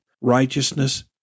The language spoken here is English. righteousness